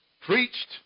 preached